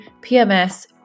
PMS